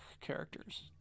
characters